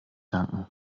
danken